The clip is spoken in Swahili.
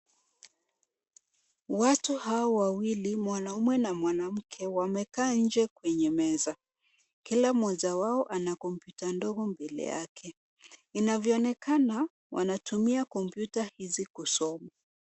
Watu hawa wawili, mwanaume na mwanamke, wamekaa nje kwenye meza. Kila mmoja wao ana kompyuta ndogo mbele yake. Inaonekana wanatumia kompyuta hizi kusoma.